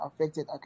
affected